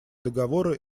договоры